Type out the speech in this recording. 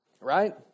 Right